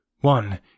One